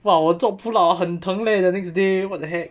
!wah! 我做 pull up ah 很疼 leh the next day what the heck